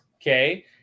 Okay